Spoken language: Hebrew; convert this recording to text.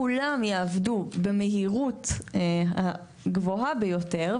כולם יעבדו במהירות הגבוהה ביותר,